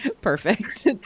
Perfect